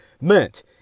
meant